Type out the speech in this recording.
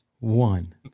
One